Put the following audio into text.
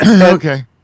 Okay